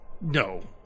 No